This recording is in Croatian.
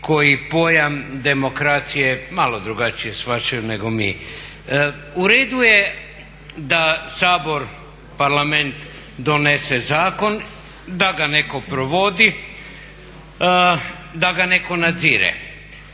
koji pojam demokracije malo drugačije shvaćaju nego mi. U redu je da Sabor, Parlament donese zakon, da ga netko provodi, da ga netko nadzire.